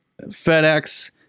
FedEx